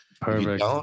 Perfect